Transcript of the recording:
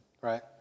Right